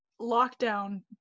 lockdown